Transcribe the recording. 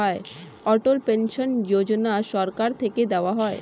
অটল pension Yojana সরকার থেকে দেওয়া হয়